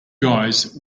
guys